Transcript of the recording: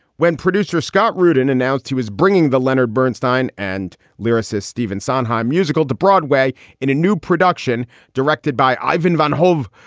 when producer scott rudin announced he was bringing the leonard bernstein and lyricist stephen sondheim musical to broadway in a new production directed by ivan van hove,